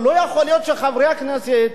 אבל לא יכול להיות שחברי הכנסת